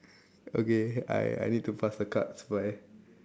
okay I I need to pass the cards bye